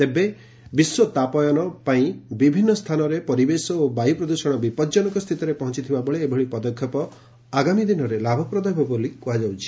ତେବେ ବିଶ୍ୱତାପାୟନ ପାଇଁ ବିଭିନ୍ନ ସ୍ଚାନରେ ପରିବେଶ ଓ ବାୟୁ ପ୍ରଦୂଷଣ ବିପଦଜନକ ସ୍ଥିତିରେ ପହଞ୍ ଥିବାବେଳେ ଏଭଳି ପଦକ୍ଷେପ ଆଗାମୀ ଦିନରେ ଲାଭପ୍ରଦ ହେବ ବୋଲି କୁହାଯାଉଛି